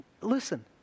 Listen